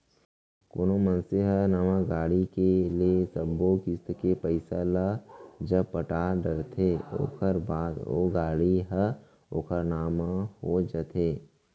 कोनो मनसे ह नवा गाड़ी के ले सब्बो किस्ती के पइसा ल जब पटा डरथे ओखर बाद ओ गाड़ी ह ओखर नांव म हो जाथे